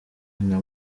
nta